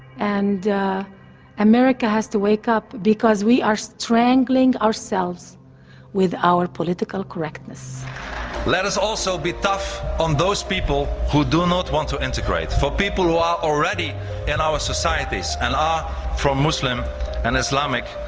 and america has to wake up because we are strangling ourselves with our political correctness let us also be tough on those people who do not want to integrate for people who are already in and our societies and are from muslim and islamic